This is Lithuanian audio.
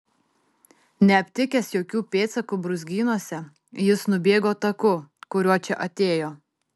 neaptikęs jokių pėdsakų brūzgynuose jis nubėgo taku kuriuo čia atėjo